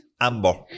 Amber